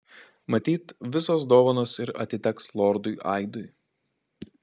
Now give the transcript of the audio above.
matyt visos dovanos ir atiteks lordui aidui